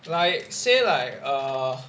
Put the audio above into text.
like say like err